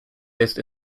based